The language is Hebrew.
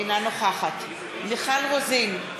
אינה נוכחת מיכל רוזין,